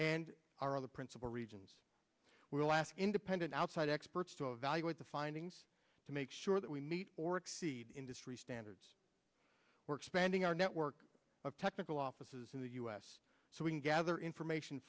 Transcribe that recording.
and our other principal regions we will ask independent outside experts to evaluate the findings to make sure that we meet or exceed industry standards or expanding our network of technical offices in the u s so we can gather information